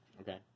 Okay